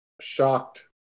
shocked